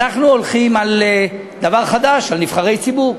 אנחנו הולכים על דבר חדש, על נבחרי ציבור.